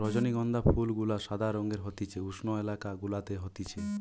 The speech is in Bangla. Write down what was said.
রজনীগন্ধা ফুল গুলা সাদা রঙের হতিছে উষ্ণ এলাকা গুলাতে হতিছে